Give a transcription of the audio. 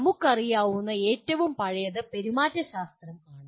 നമുക്കറിയാവുന്ന ഏറ്റവും പഴയത് "പെരുമാറ്റശാസ്ത്രം" ആണ്